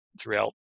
throughout